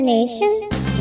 Nation